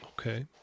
Okay